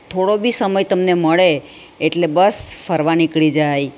થોડો બી સમય તમને મળે એટલે બસ ફરવા નીકળી જાય